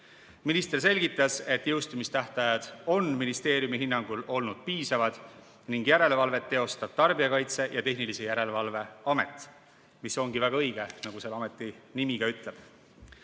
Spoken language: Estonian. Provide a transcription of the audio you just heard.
Minister selgitas, et jõustumistähtajad on ministeeriumi hinnangul olnud piisavad ning järelevalvet teostab Tarbijakaitse ja Tehnilise Järelevalve Amet, mis ongi väga õige, nagu selle ameti nimigi ütleb.